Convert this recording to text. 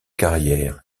carrière